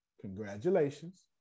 congratulations